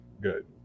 good